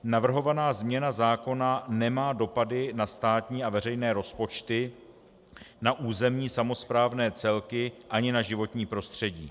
Navrhovaná změna zákona nemá dopady na státní a veřejné rozpočty, na územní samosprávné celky ani na životní prostředí.